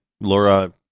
Laura